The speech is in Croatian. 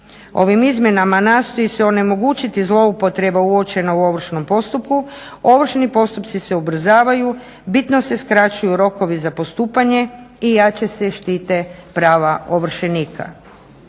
Ovim izmjenama nastoji se onemogućiti zloupotreba uočena u ovršnom postupku, ovršni postupci se ubrzavaju, bitno se skraćuju rokovi za postupanje i jače se štite prava ovršenika.